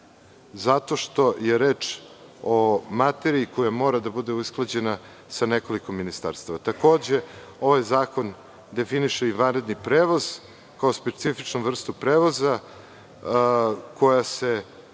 zato što je reč o materiji koja mora da bude usklađena sa nekoliko ministarstava. Takođe, ovaj zakon definiše i vanredni prevoz, kao specifičnu vrstu prevoza koja se